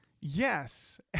Yes